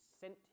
sent